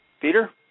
Peter